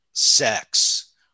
Sex